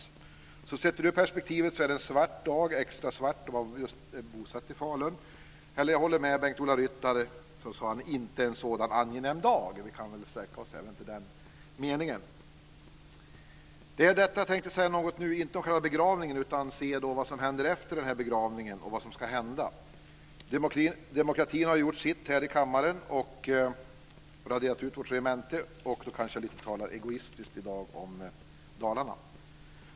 Så sett ur det perspektivet är detta en svart dag - extra svart om man är bosatt i Falun. Jag håller med Bengt-Ola Ryttar som sade att detta inte är en så angenäm dag. Jag kan sträcka mig till den meningen. Jag tänkte nu inte säga så mycket om begravningen utan om vad som händer efter själva begravningen. Demokratin har gjort sitt i kammaren, dvs. raderat ut vårt regemente, och då talar jag i dag lite egoistiskt om Dalarna.